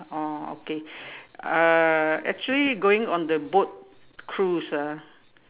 oh okay uh actually going on the boat cruise ah